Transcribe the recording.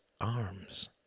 arms